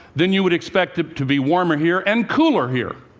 then you would expect it to be warmer here and cooler here.